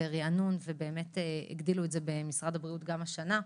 ריענון ובאמת הגדילו את זה במשרד הבריאות גם השנה.